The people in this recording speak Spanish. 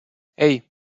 hey